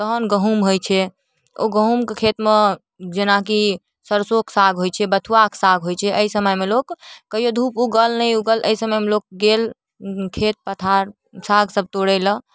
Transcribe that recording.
तहन गहूँम होइ छै ओ गहूँमके खेतमे जेनाकि सरसोके साग होइ छै बथुआके साग होइ छै अइ समयमे लोक कहियो धूप उगल नहि उगल अइ समयमे लोग गेल खेत पथाड़ साग सब तोड़ै लए